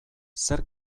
zer